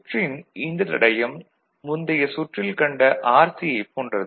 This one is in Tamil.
சுற்றின் இந்தத் தடையம் முந்தைய சுற்றில் கண்ட RC ஐப் போன்றது